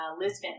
Lisbon